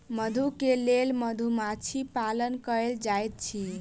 मधु के लेल मधुमाछी पालन कएल जाइत अछि